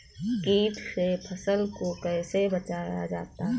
कीट से फसल को कैसे बचाया जाता हैं?